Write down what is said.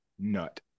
nut